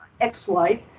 ex-wife